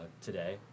Today